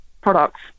products